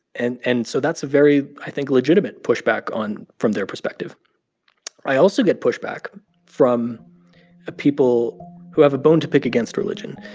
and and so that's a very, i think, legitimate pushback from their perspective i also get pushback from ah people who have a bone to pick against religion.